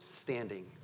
standing